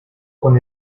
con